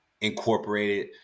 incorporated